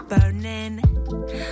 burning